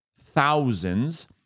thousands